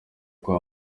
kwa